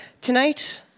Tonight